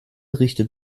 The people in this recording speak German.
richtet